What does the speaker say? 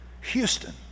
Houston